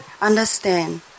understand